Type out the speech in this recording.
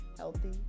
healthy